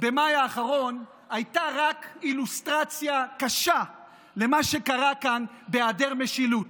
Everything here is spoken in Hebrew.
במאי האחרון היה רק אילוסטרציה קשה למה שקרה כאן בהיעדר משילות,